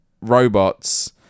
robots